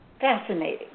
Fascinating